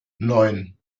neun